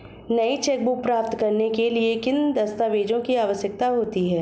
नई चेकबुक प्राप्त करने के लिए किन दस्तावेज़ों की आवश्यकता होती है?